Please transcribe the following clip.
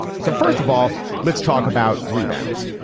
so first of all let's talk about rebounds.